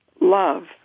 love